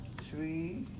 three